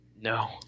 No